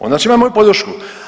Onda će imati moju podršku.